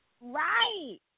Right